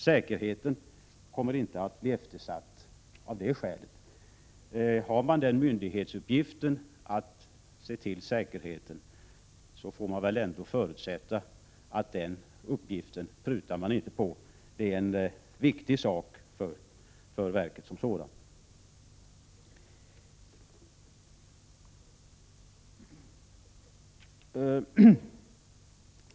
Säkerheten kommer inte att bli eftersatt av det skälet. Har man till myndighetsuppgift att se till säkerheten får det väl förutsättas att man inte prutar på den uppgiften. Det är en viktig sak för verket som sådant.